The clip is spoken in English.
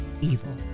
evil